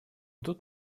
тут